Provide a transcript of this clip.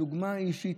הדוגמה האישית.